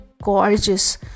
gorgeous